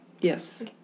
Yes